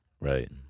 Right